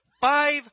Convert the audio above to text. five